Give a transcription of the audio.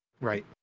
Right